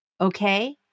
Okay